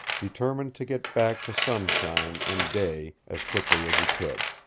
determined to get back to sunshine and day as quickly as he could.